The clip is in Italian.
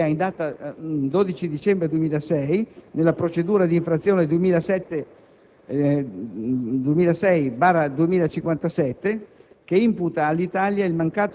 Commissione europea in data 12 dicembre 2006 nella procedura di infrazione 2006/2057,